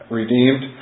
redeemed